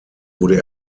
wurde